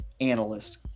analyst